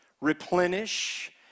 Replenish